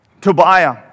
Tobiah